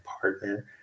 partner